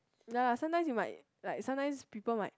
ya sometimes you might like sometimes people might